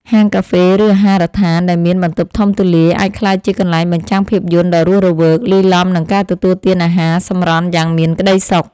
ហាងកាហ្វេ ឬអាហារដ្ឋានដែលមានបន្ទប់ធំទូលាយ អាចក្លាយជាកន្លែងបញ្ចាំងភាពយន្តដ៏រស់រវើក លាយឡំនឹងការទទួលទានអាហារសម្រន់យ៉ាងមានក្តីសុខ។